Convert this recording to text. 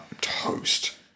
toast